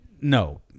No